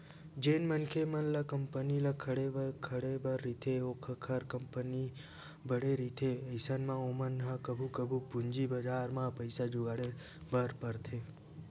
जेन मनखे मन ल कंपनी ल खड़े बर रहिथे अउ ओखर कंपनी ह बड़का रहिथे अइसन म ओमन ह कभू कभू पूंजी बजार म पइसा जुगाड़े बर परथे